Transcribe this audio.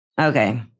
Okay